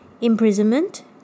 imprisonment